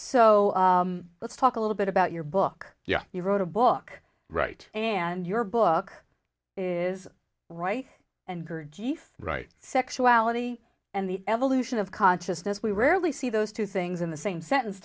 so let's talk a little bit about your book yeah you wrote a book right and your book is right and gurdjieff right sexuality and the evolution of consciousness we rarely see those two things in the same sentence